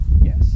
yes